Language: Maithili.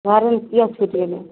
घरमे किएक छुटि गेलै